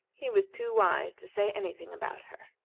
he was too wise to say any thing about her.